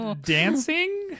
dancing